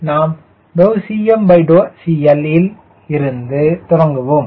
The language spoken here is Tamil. ஆனால் நாம் ∂CM∂CL யில் இருந்து தொடங்கினோம்